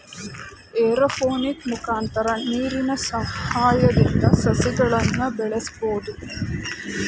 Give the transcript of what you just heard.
aeroponic ಮುಖಾಂತರ ನೀರಿನ ಸಹಾಯದಿಂದ ಸಸಿಗಳನ್ನು ಬೆಳಸ್ಬೋದು